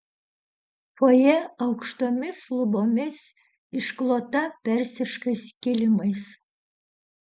fojė aukštomis lubomis išklota persiškais kilimais